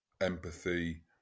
empathy